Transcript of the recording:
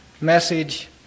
message